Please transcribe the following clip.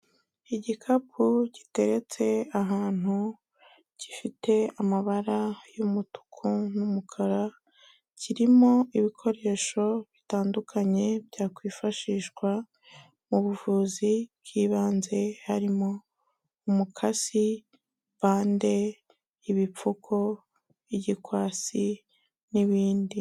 Igikapu giteretse ahantu, gifite amabara y'umutuku n'umukara, kirimo ibikoresho bitandukanye byakwifashishwa mu buvuzi bw'ibanze, harimo umukasi, bande ibipfuko, igikwasi n'ibindi.